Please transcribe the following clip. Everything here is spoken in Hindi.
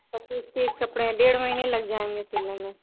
पच्चीस तीस कपड़े डेढ़ महीने लग जाएँगे सिलने में